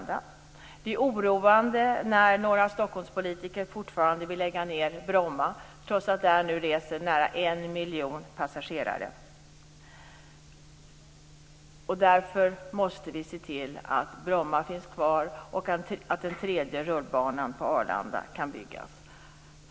Det är oroande att några Stockholmspolitiker fortfarande vill lägga ned Bromma, trots att där reser nu nära en miljon passagerare. Vi måste se till att Bromma får vara kvar och att den tredje rullbanan på Arlanda kan byggas.